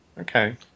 okay